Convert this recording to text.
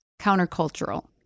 countercultural